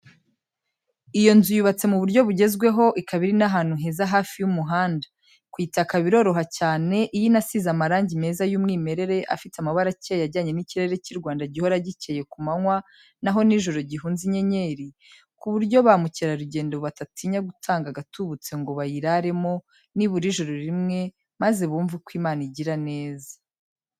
Iyo inzu yubatse mu buryo bugezweho, ikaba iri n'ahantu heza hafi y'umuhanda, kuyitaka biroroha cyane. Iyo inasize amarangi meza y'umwimerere afite amabara akeye ajyanye n'ikirere cy'i Rwanda gihora gikeye ku manywa naho nijoro gihunze inyenyeri; ku buryo ba mukerarugendo batatinya gutanga agatubutse ngo bayiraremo nibura ijoro rimwe maze bumve uko Imana igira neza.